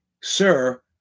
sir